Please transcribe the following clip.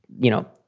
you know,